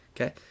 okay